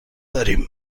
داریم